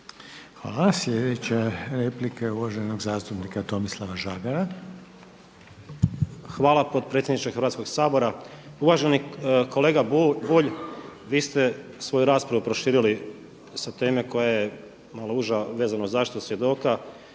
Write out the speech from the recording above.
Hvala. Sljedeća replika je uvaženog zastupnika Tomislava Žagara. **Žagar, Tomislav (Nezavisni)** Hvala potpredsjedniče Hrvatskog sabora. Uvaženi kolega Bulj, vi ste svoju raspravu proširili sa teme koja je malo uža vezano za zaštitu svjedoka